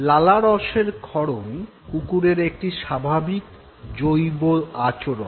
লালারসের ক্ষরণ কুকুরের একটি স্বাভাবিক জৈব আচরণ